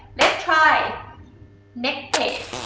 let's try next page,